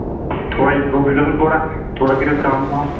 تھوڑا یہِ درٛۅگ چھُ گژھان تھوڑا تھوڑا کٔرِو کَم پَہم